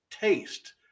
taste